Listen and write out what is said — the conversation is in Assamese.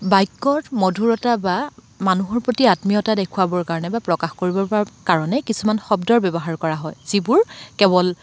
বাক্যৰ মধুৰতা বা মানুহৰ প্ৰতি আত্মীয়তা দেখুৱাবৰ কাৰণে বা প্ৰকাশ কৰিবৰ কাৰণে কিছুমান শব্দৰ ব্যৱহাৰ কৰা হয় যিবোৰ কেৱল